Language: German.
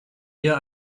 ihr